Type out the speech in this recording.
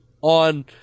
on